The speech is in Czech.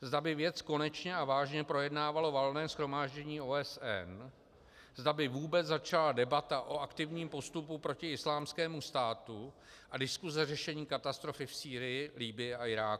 Zda by věc konečně a vážně projednávalo Valné shromáždění OSN, zda by vůbec začala debata o aktivním postupu proti Islámskému státu a diskuse řešení katastrofy v Sýrii, Libyi a Iráku.